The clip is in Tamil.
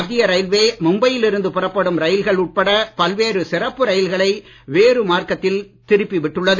மத்திய ரயில்வே மும்பையில் இருந்து புறப்படும் ரயில்கள் உட்பட பல்வேறு சிறப்பு ரயில்களை வேறு மார்கத்தில் திருப்பி விட்டுள்ளது